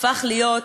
הפכה להיות